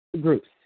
groups